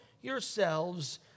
yourselves